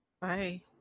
Bye